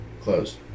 closed